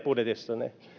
budjetissanne